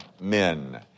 men